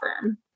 firm